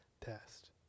test